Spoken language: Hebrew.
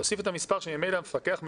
להוסיף את המספר שממילא המפקח מקבל,